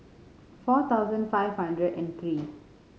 four thousand five hundred and three